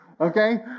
okay